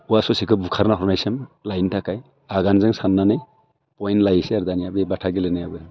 औवा ससेखौ बुखारना हरनायसिम लायनो थाखाय आगानजों सान्नानै पयेन्ट लायोसै आरो दानिया बे बाथा गेलेनायाबो